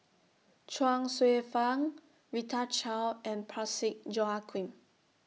Chuang Hsueh Fang Rita Chao and Parsick Joaquim